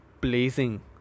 blazing